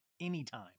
anytime